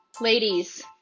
Ladies